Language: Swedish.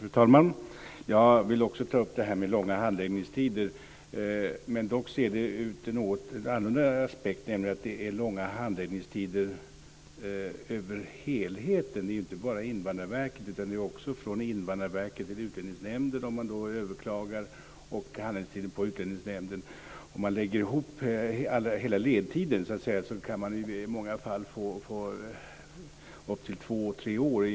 Fru talman! Jag vill också ta upp detta med långa handläggningstider men ur en annan aspekt. Det är nämligen långa handläggningstider om man ser till helheten. Det handlar inte bara om Invandrarverket. Om man överklagar från Invandrarverket till Utlänningsnämnden blir det också handläggningstider på Utlänningsnämnden. Om man lägger ihop all tid finner man att det i många fall är upp till två, tre år.